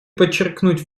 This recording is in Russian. подчеркнуть